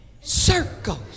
circles